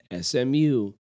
SMU